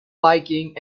biking